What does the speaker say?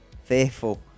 fearful